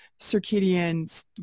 circadian